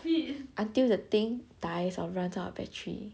until the thing dies or run out of battery